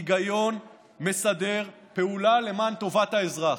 היגיון מסדר, פעולה למען טובת האזרח.